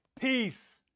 peace